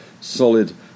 solid